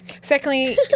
secondly